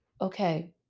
okay